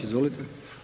Izvolite.